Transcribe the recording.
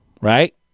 right